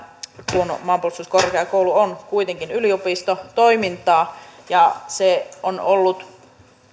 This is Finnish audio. kun maanpuolustuskorkeakoulu on kuitenkin yliopistotoimintaa ja se on ollut